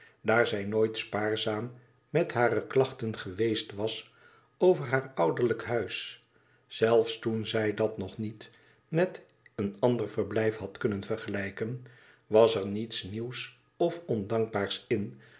daar zij nooit spaarzaam met hare klachten geweest was over haar ouderlijk huis zelfs toen zij dat nog niet met een ander verblijf had kunnen vergelijken was er mets nieuws of ondankbaars in